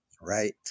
Right